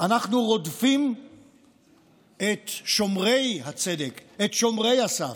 אנחנו רודפים את שומרי הצדק, את שומרי הסף: